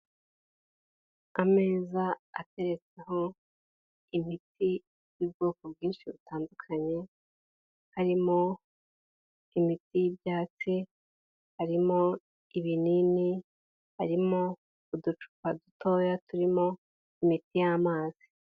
Ameza ateretseho imiti y'ubwoko bwinshi butandukanye, harimo imiti y'ibyatsi, harimo ibinini, harimo uducupa dutoya turimo imiti y'amazi.